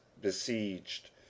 besieged